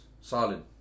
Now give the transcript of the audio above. solid